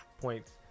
points